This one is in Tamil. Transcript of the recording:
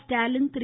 ஸ்டாலின் திரு